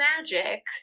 magic